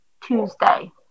Tuesday